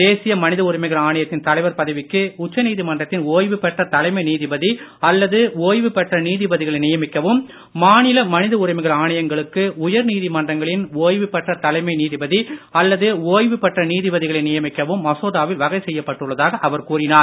தேசிய மனித உரிமைகள் ஆணையத்தின் தலைவர் பதவிக்கு உச்சநீதிமன்றத்தின் ஓய்வு பெற்ற தலைமை நீதிபதி அல்லது ஓய்வு பெற்ற நீதிபதிகளை நியமிக்கவும் மாநில மனித உரிமைகள் ஆணையங்களுக்கு உயர் நீதிமன்றங்களின் ஓய்வு பெற்ற தலைமை நீதிபதி அல்லது ஓய்வுபெற்ற நீதிபதிகளை நியமிக்கவும் மசோதாவில் வகை செய்யப்பட்டுள்ளதாக அவர் கூறினார்